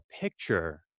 picture